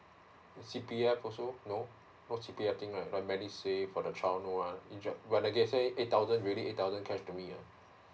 C P F also no no C P F thing right like M E D I S A V E for the child no ah when they say eight thousand really eight thousand cash to me ah